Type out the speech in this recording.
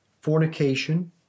fornication